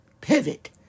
pivot